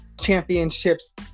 championships